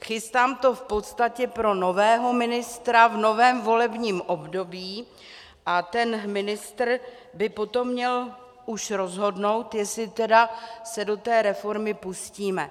Chystám to v podstatě pro nového ministra v novém volebním období a ten ministr by potom měl už rozhodnout, jestli tedy se do té reformy pustíme.